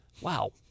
Wow